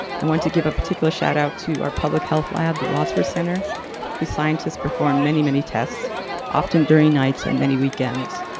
i want to give a particular shout-out to our public health lab, the wadsworth center whose scientists performed many, many tests often during nights and many weekends.